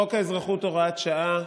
חוק האזרחות (הוראת שעה),